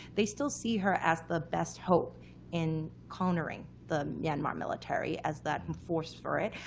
they still see her as the best hope in countering the myanmar military as that force for it.